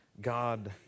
God